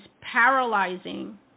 paralyzing